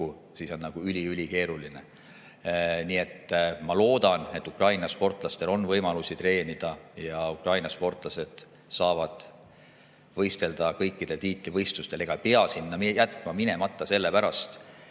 siis on ülikeeruline. Ma loodan, et Ukraina sportlastel on võimalusi treenida ja et Ukraina sportlased saavad võistelda kõikidel tiitlivõistlustel ega pea sinna jätma minemata sellepärast,